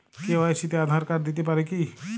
KYC তে Aadhaar card দিতে পারি কি?